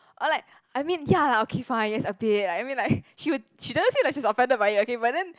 or like I mean ya lah okay fine yes a bit like I mean like she would she doesn't seem like she is offended by it okay but then